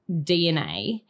DNA